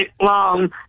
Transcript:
long